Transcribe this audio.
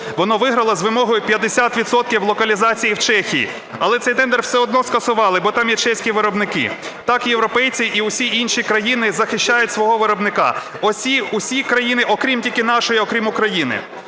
Воно виграло з вимогою 50 відсотків локалізації в Чехії. Але цей тендер все одно скасували, бо там є чеські виробники. Так європейці і всі інші країни захищають свого виробника. Усі країни, окрім тільки нашої, окрім України.